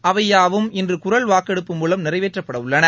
அவை யாவும் இன்று குரல் வாக்கெடுப்பு மூலம் நிறைவேற்றப்படவுள்ளன